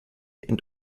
and